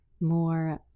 more